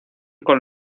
con